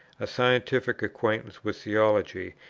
a scientific acquaintance with theology,